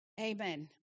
Amen